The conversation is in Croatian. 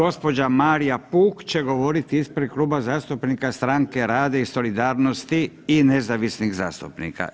Gospođa Marija Puh će govoriti ispred Kluba zastupnika Stranke rada i solidarnosti i nezavisnih zastupnika.